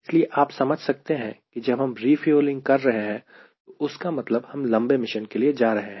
इसलिए आप समझ सकते हैं कि जब हम रिफ्यूलिंग कर रहे हैं तो उसका मतलब हम लंबे मिशन के लिए जा रहे हैं